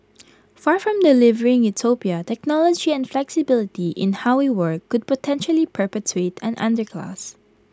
far from delivering utopia technology and flexibility in how we work could potentially perpetuate an underclass